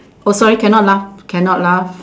oh sorry cannot laugh cannot laugh